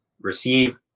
receive